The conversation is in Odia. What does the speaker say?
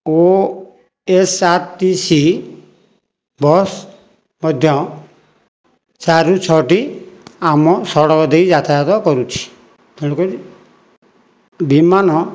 ଓ S R T C bus ମଧ୍ୟ ଚାରିରୁ ଛଅଟି ଆମ ସଡ଼କ ଦେଇ ଯାତାୟତ କରୁଛି ତେଣୁକରି ବିମାନ